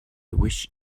wish